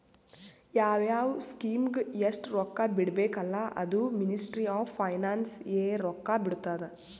ಯಾವ್ ಯಾವ್ ಸ್ಕೀಮ್ಗ ಎಸ್ಟ್ ರೊಕ್ಕಾ ಬಿಡ್ಬೇಕ ಅಲ್ಲಾ ಅದೂ ಮಿನಿಸ್ಟ್ರಿ ಆಫ್ ಫೈನಾನ್ಸ್ ಎ ರೊಕ್ಕಾ ಬಿಡ್ತುದ್